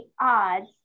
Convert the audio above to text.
odds